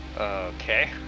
Okay